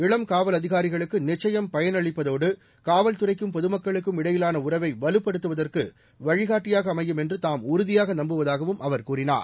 இளம் காவல் அதிகாரிகளுக்கு நிச்சயம் பயனளிப்பதோடு காவல்துறைக்கும் பொதுமக்களுக்கும் இடையிலான உறவை வலுப்படுத்துவதற்கு வழிகாட்டியாக அமையும் என்று தாம் உறுதியாக நம்புவதாகவும் அவர் கூறினார்